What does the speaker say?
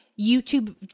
youtube